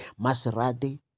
Maserati